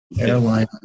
airline